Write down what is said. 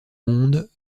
monde